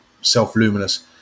self-luminous